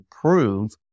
prove